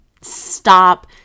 stop